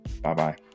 Bye-bye